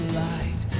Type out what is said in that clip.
light